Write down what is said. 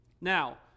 Now